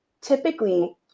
typically